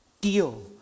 deal